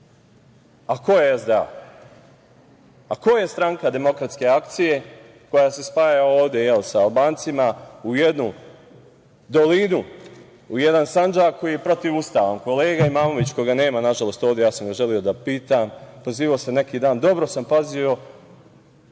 je SDA? Ko je Stranka demokratske akcije koja se spaja ovde sa Albancima u jednu dolinu, u jedan Sandžak koji je protivustavan? Kolega Imamović, koga nema nažalost ovde, želeo sam da ga pitam, pozivao se pre neki dan, dobro sam pazio